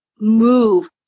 move